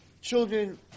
children